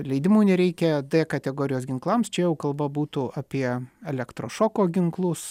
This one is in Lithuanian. leidimų nereikia d kategorijos ginklams čia jau kalba būtų apie elektrošoko ginklus